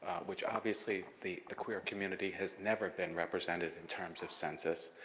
which obviously, the the queer community has never been represented in terms of census.